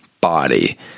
body